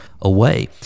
away